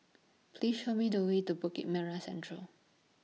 Please Show Me The Way to Bukit Merah Central